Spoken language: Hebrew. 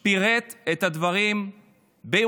הוא פירט את הדברים בירושלים,